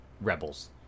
rebels